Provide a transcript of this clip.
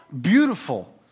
beautiful